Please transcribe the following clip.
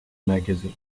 magazine